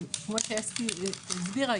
כמו שאסתי הסבירה,